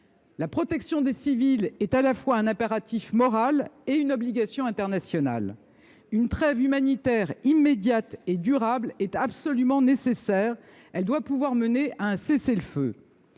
La protection des civils est à la fois un impératif moral et une obligation internationale. Une trêve humanitaire immédiate et durable est absolument nécessaire. Elle doit pouvoir mener à un cessez le feu.